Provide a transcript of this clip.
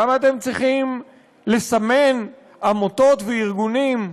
למה אתם צריכים לסמן עמותות וארגונים?